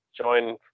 join